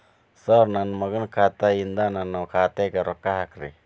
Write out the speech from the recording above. sir ನನ್ನ ಮಗನ ಖಾತೆ ಯಿಂದ ನನ್ನ ಖಾತೆಗ ರೊಕ್ಕಾ ಹಾಕ್ರಿ